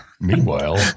Meanwhile